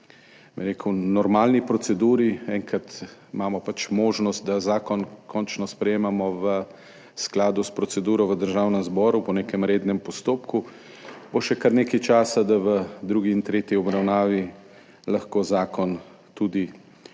normalni proceduri imamo enkrat možnost, da zakon končno sprejemamo v skladu s proceduro v Državnem zboru po nekem rednem postopku, bo še kar nekaj časa, da lahko v drugi in tretji obravnavi zakon korigiramo